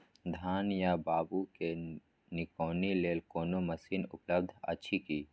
धान या बाबू के निकौनी लेल कोनो मसीन उपलब्ध अछि की?